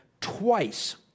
twice